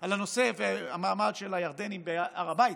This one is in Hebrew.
על הנושא ועל המעמד של הירדנים בהר הבית.